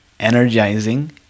energizing